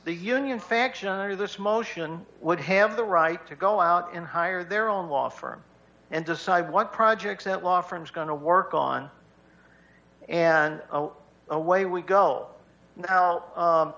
the union faction or this motion would have the right to go out and hire their own law firm and decide what projects that law firms going to work on and away we go how